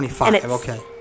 Okay